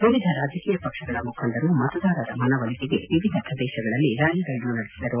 ವಿವಿಧ ರಾಜಕೀಯ ಪಕ್ಷಗಳ ಮುಖಂಡರು ಮತದಾರರ ಮನವೊಲಿಕೆಗೆ ವಿವಿಧ ಪ್ರದೇಶಗಳಲ್ಲಿ ರಾಲಿಗಳನ್ನು ನಡೆಸಿದರು